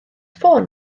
ffôn